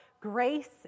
grace